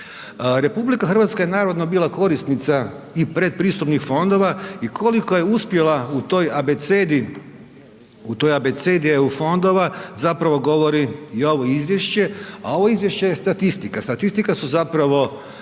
EU fondova. RH je navodno bila korisnica i predpristupnih fondova i koliko je uspjela u toj abecedi EU fondova, zapravo govori i ovo izvješće a ovo izvješće je statistika, statistika su zapravo